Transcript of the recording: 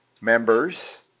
members